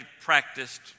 practiced